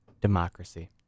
democracy